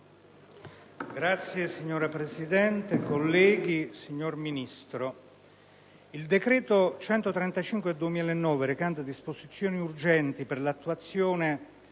*(IdV)*. Signora Presidente, colleghi, signor Ministro, il decreto-legge n. 135 del 2009, recante disposizioni urgenti per l'attuazione